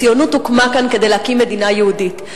הציונות הוקמה כדי להקים כאן מדינה יהודית,